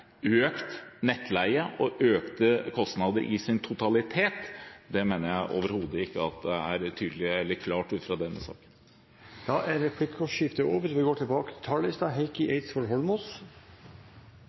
økt nettleie og økte kostnader i sin totalitet, mener jeg overhodet ikke er klart ut fra denne saken. Replikkordskiftet er omme. Denne saken vi